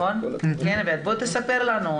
בוא תספר לנו,